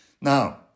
Now